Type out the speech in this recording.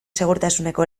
segurtasuneko